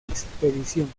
expedición